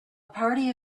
party